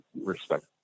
respect